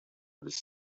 this